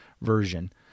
Version